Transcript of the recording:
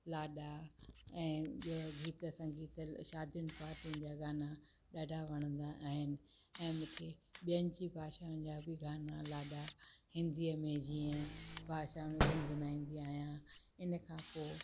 लाॾा ऐं ॿियों गीत संगीत शादियुनि पार्टियुनि जा गाना ॾाढा वणंदा आहिनि ऐं मूंखे ॿियनि जी भाषाउनि जा बि गाना लाॾा हिंदीअ में जीअं भाषा में गुनगुनाईंदी आहियां इन खां पोइ